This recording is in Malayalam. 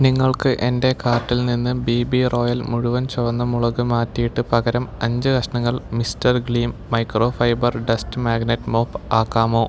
നിങ്ങൾക്ക് എന്റെ കാർട്ടിൽ നിന്ന് ബി ബി റോയൽ മുഴുവൻ ചുവന്ന മുളക് മാറ്റിയിട്ട് പകരം അഞ്ച് കഷണങ്ങൾ mister gleem micro fibre dust magnet mop ആക്കാമോ